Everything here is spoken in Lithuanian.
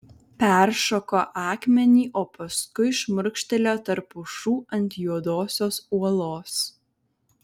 peršoko akmenį o paskui šmurkštelėjo tarp pušų ant juodosios uolos